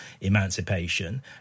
emancipation